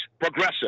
progressive